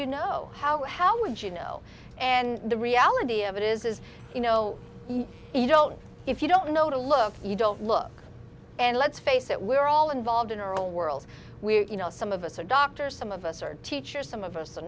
you know how how would you know and the reality of it is is you know you don't if you don't know to look you don't look and let's face it we're all involved in our own world we're you know some of us are doctors some of us are teachers some of us